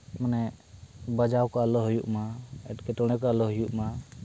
ᱢᱟᱱᱮ ᱵᱟᱡᱟᱣ ᱠᱚ ᱟᱞᱚ ᱦᱳᱭᱳᱜᱢᱟ ᱮᱴᱠᱮᱴᱚᱬᱮ ᱠᱚ ᱟᱞᱚ ᱦᱳᱭᱳᱜᱼᱢᱟ